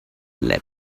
leapt